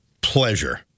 pleasure